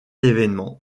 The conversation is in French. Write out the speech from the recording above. événement